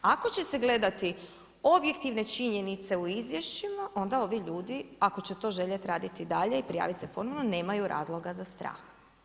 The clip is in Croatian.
Ako će se gledati objektivne činjenice u izvješćima, onda ovi ljudi ako će to željeti raditi dalje i prijaviti se ponovno nemaju razloga za strah.